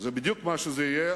זה בדיוק מה שזה יהיה,